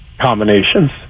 combinations